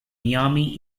miami